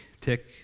tick